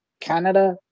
Canada